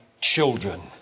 children